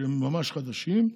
כשהם ממש חדשים.